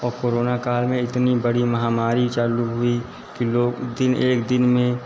औ कोरोना काल में इतनी बड़ी महामारी चालु हुई कि लोग दिन एक दिन में